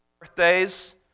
birthdays